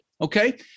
okay